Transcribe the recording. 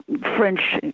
French